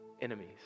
enemies